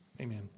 Amen